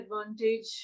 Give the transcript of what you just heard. advantage